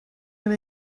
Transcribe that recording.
them